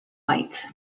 white